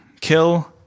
kill